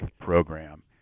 program